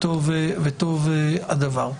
וטוב הדבר.